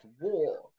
war